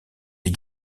des